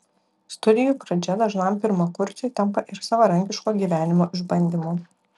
studijų pradžia dažnam pirmakursiui tampa ir savarankiško gyvenimo išbandymu